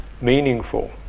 meaningful